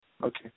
Okay